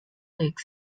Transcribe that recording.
lake